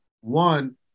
One